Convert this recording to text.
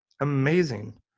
amazing